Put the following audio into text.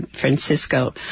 Francisco